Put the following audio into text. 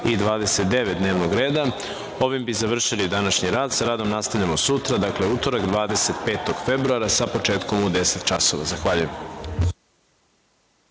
i 29. dnevnog reda. Ovim bismo završili današnji rad. Sa radom nastavljamo sutra, dakle, u utorak, 25. februara, sa početkom u 10.00 časova. Zahvaljujem.